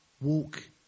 walk